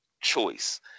choice